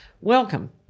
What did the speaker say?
welcome